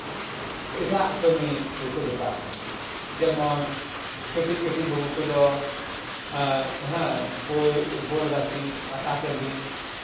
ᱮᱴᱟᱜ ᱠᱟᱹᱢᱤ ᱨᱮᱠᱚ ᱡᱚᱯᱲᱟᱜ ᱠᱟᱱᱟ ᱡᱮᱢᱚᱱ ᱠᱟᱹᱴᱤᱡ ᱠᱟᱹᱴᱤ ᱵᱟᱹᱵᱩ ᱠᱚᱫᱚ ᱦᱮᱸ ᱵᱳᱭ ᱵᱚᱞ ᱜᱟᱛᱮ ᱯᱟᱛᱟ ᱴᱟᱺᱰᱤ